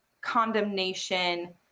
condemnation